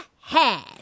head